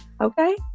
Okay